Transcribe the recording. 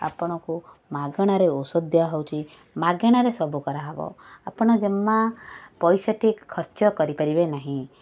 ଆପଣଙ୍କୁ ମାଗଣାରେ ଔଷଧ ଦିଆହେଉଛି ମାଗେଣାରେ ସବୁ କରାହବ ଆପଣ ଜମା ପଇସାଟିଏ ଖର୍ଚ୍ଚ କରିପାରିବେ ନାହିଁ